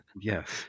Yes